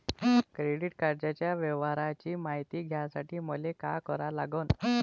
Credit कार्डाच्या व्यवहाराची मायती घ्यासाठी मले का करा लागन?